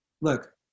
Look